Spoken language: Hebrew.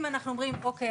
אם אנחנו אומרים אוקיי,